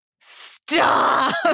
Stop